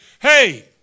hey